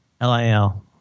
L-I-L